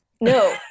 No